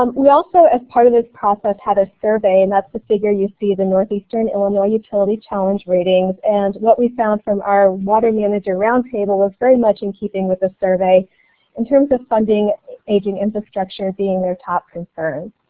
um we also as part of this process had a survey and that's the figure you see the northeastern illinois utility challenge ratings, ratings, and what we found from our water manager round table was very much in keeping with the survey in terms of funding aging infrastructure being their top concern.